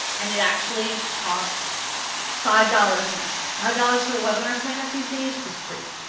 and it actually costs five dollars each, five dollars for a webinar sign-up these days is great,